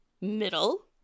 middle